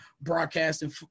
broadcasting